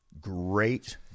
Great